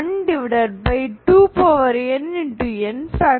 Pnx12nn